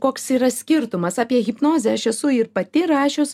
koks yra skirtumas apie hipnozę aš esu ir pati rašius